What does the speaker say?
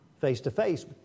face-to-face